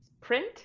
Print